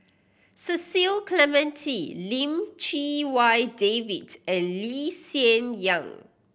Cecil Clementi Lim Chee Wai David and Lee Hsien Yang